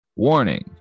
warning